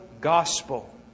gospel